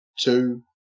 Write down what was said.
two